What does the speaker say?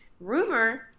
rumor